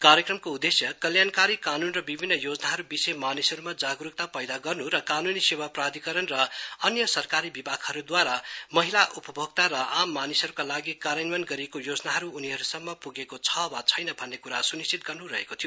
कार्यक्रमको उदेश्य कल्याणकारी कानून र विभिन्न योजनाहरू विषय मानिसहरूमा जागरूकता पैदा गर्न् र कानूनी सेवा प्राधिकरण र अन्य सरकारी विभागहरूद्वारा महिला उपभोक्ता र आम मानिसहरूका लागि कार्यन्वयन गरिएको योजनाहरू उनीहरूसम्म पुगेको छ वा छैन भन्ने कुरा सुनिश्चित गर्नु रहेको थियो